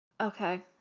Okay